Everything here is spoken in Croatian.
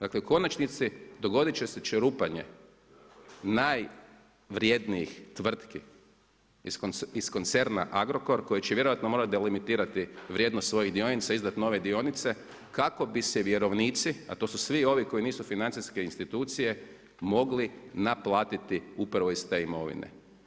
Dakle, u konačnici dogoditi će se čerupanje, najvrjednijih tvrtki iz koncerna Agrokor, koji će vjerojatno morati delimitirati vrijednost svojih dionica i izdati svoje dionice kako bi se vjerovnici, a to su svi ovi koji nisu financijske institucije mogli naplatiti upravo iz te imovine.